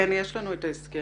כן, יש לנו את ההסכם.